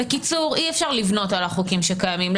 בקיצור, אי-אפשר לבנות על החוקים שקיימים.